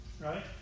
Right